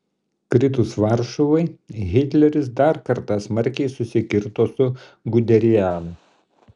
kritus varšuvai hitleris dar kartą smarkiai susikirto su guderianu